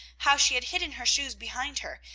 how she had hidden her shoes behind her,